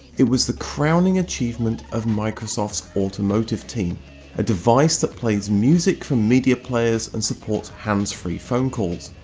it was the crowning achievement of microsoft's automotive team a device that plays music from media players and supports hands-free phone calls.